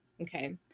Okay